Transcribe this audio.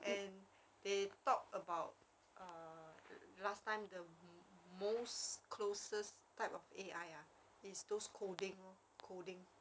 and they talk about err last time the most closest type of A_I ah is those coding lor coding